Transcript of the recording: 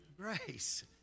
grace